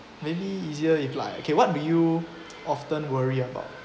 maybe easier if like okay what do you often worry about